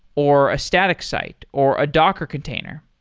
or a static site, or a docker container.